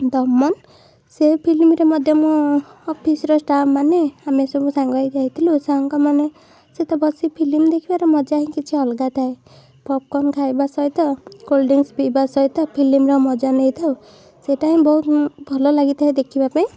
ଦମନ ସେ ଫିଲ୍ମରେ ମଧ୍ୟ ମୁଁ ଅଫିସର ଷ୍ଟାଫ୍ମାନେ ଆମେ ସବୁ ସାଙ୍ଗ ହେଇ ଯାଇଥିଲୁ ସାଙ୍ଗମାନେ ସହିତ ବସି ଫିଲ୍ମ ଦେଖିବାର ମଜା ହିଁ କିଛି ଅଲଗା ଥାଏ ପପକର୍ନ ଖାଇବା ସହିତ କୋଲଡ୍ରିଂକ୍ସ ପିଇବା ସହିତ ଫିଲ୍ମର ମଜା ନେଇଥାଉ ସେଇଟା ହିଁ ବହୁତ ଭଲ ଲାଗିଥାଏ ଦେଖିବା ପାଇଁ